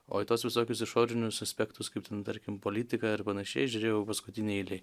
o į tuos visokius išorinius aspektus kaip ten tarkim politika ar panašiai žiūrėjau paskutinėj eilėj